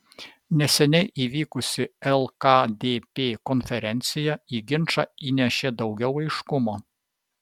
neseniai įvykusi lkdp konferencija į ginčą įnešė daugiau aiškumo